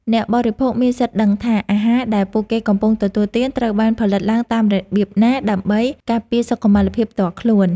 អ្នកបរិភោគមានសិទ្ធិដឹងថា អាហារដែលពួកគេកំពុងទទួលទានត្រូវបានផលិតឡើងតាមរបៀបណា ដើម្បីការពារសុខុមាលភាពផ្ទាល់ខ្លួន។